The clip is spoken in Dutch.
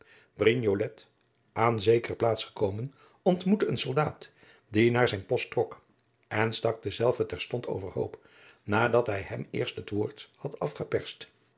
aan zekere plaats gekomen ontmoette een soldaat die naar zijn post trok en stak denzelven terstond overhoop nadat hij hem eerst het woord had